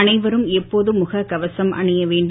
அனைவரும் எப்போதும் முகக் கவசம் அணிய வேண்டும்